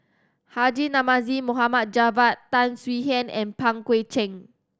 Haji Namazie Mohd Javad Tan Swie Hian and Pang Guek Cheng